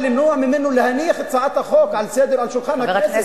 אבל למנוע ממנו להניח הצעת חוק על שולחן הכנסת,